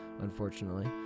unfortunately